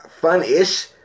fun-ish